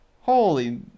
Holy